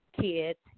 kids